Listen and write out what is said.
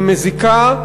היא מזיקה,